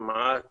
כמעט